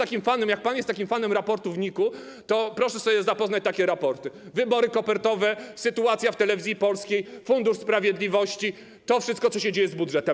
A jak pan jest takim fanem raportów NIK-u, to proszę się zapoznać z takimi raportami: wybory kopertowe, sytuacja w Telewizji Polskiej, Fundusz Sprawiedliwości, to wszystko, co się dzieje z budżetem.